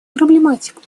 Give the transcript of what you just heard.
проблематику